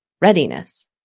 readiness